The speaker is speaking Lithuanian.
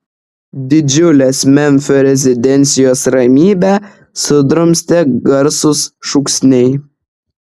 didžiulės memfio rezidencijos ramybę sudrumstė garsūs šūksniai